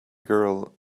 girl